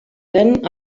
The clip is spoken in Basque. den